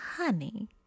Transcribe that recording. Honey